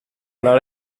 alla